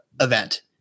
event